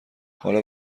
حالا